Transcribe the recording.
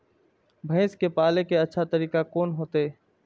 भैंस के पाले के अच्छा तरीका कोन होते?